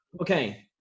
okay